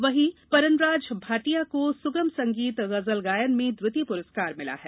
वहीं परनराज भाटिया को सुगम संगीत गजल गायन में द्वितीय पुरूस्कार मिला है